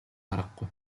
аргагүй